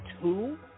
two